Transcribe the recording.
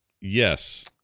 yes